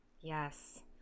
Yes